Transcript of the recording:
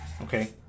Okay